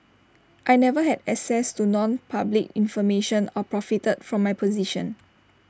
I never had access to nonpublic information or profited from my position